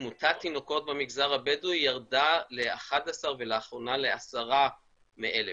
תמותת תינוקות במגזר הבדואי ירדה ל-11 ולאחרונה לעשרה מ-1,000,